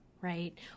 right